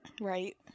right